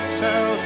tell